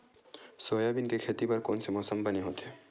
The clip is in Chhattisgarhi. सोयाबीन के खेती बर कोन से मौसम बने होथे?